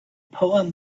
poem